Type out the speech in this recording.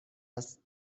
است